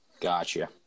Gotcha